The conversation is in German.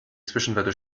zwischenwerte